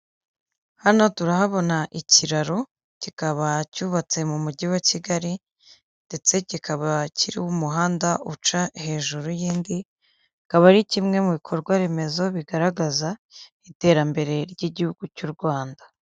Hano turahabona ikiraro kikaba cyubatse mu mugi wa Kigali ndetse kikaba kiriho umuhanda uca hejuru y'indi. Akaba ari kimwe mu bikorwa remezo bigaragaza iterambere ry'Igihugu cy'u Rwanda.